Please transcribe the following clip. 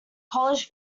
college